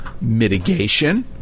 mitigation